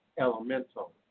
elemental